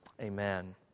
Amen